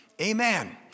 amen